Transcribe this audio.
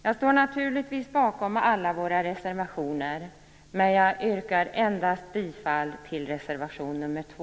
Jag står naturligtvis bakom alla våra reservationer, men jag yrkar bifall endast till reservation nr 2.